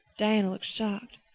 diana looked shocked.